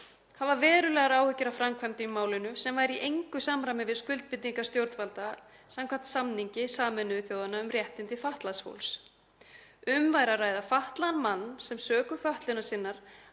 hafa verulegar áhyggjur af framkvæmdinni í málinu sem væri í engu samræmi við skuldbindingar stjórnvalda samkvæmt samningi Sameinuðu þjóðanna um réttindi fatlaðs fólks. Um væri að ræða fatlaðan mann sem sökum fötlunar sinnar